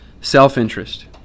self-interest